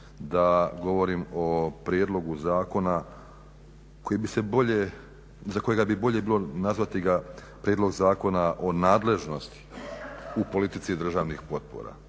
da govorim o prijedlogu zakona za kojega bi bolje bilo nazvati ga prijedlog zakona o nadležnosti u politici državnih potpora.